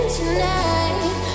tonight